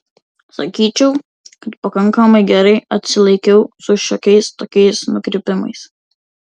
sakyčiau kad pakankamai gerai atsilaikiau su šiokiais tokiais nukrypimais